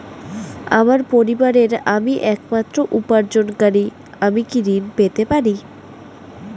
আমার পরিবারের আমি একমাত্র উপার্জনকারী আমি কি ঋণ পেতে পারি?